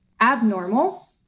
abnormal